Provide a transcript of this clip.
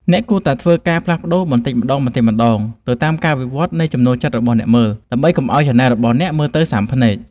អ្នកគួរតែធ្វើការផ្លាស់ប្តូរបន្តិចម្តងៗទៅតាមការវិវត្តន៍នៃចំណូលចិត្តរបស់អ្នកមើល ដើម្បីកុំឱ្យឆានែលរបស់អ្នកមើលទៅស៊ាំភ្នែក។